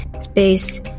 space